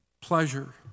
pleasure